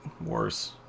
worse